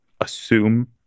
assume